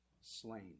slain